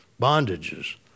bondages